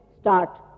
start